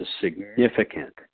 significant